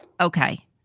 Okay